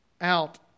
Out